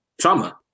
Trauma